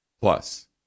Plus